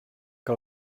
que